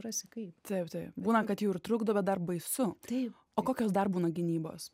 rasi kaip taip taip būna kad jau ir trukdo bet dar baisu taip o kokios dar būna gynybos